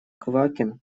квакин